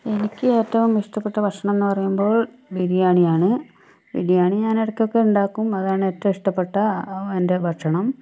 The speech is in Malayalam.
എനിക്കേറ്റവും ഇഷ്ടപ്പെട്ട ഭക്ഷണം എന്നു പറയുമ്പോൾ ബിരിയാണിയാണ് ബിരിയാണി ഞാനിടയ്ക്കൊക്കെ ഉണ്ടാക്കും അതാണ് ഏറ്റവും ഇഷ്ടപ്പെട്ട എൻ്റെ ഭക്ഷണം